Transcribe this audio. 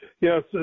Yes